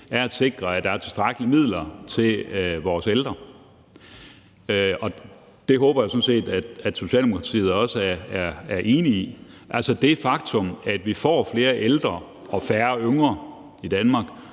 er at sikre, at der er tilstrækkelige midler til vores ældre, og det håber jeg sådan set også at Socialdemokratiet er enige i. Altså, det faktum, at vi får flere ældre og færre yngre i Danmark,